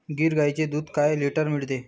गीर गाईचे दूध काय लिटर मिळते?